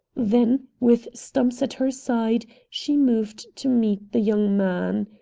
then, with stumps at her side, she moved to meet the young man.